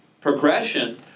progression